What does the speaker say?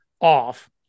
off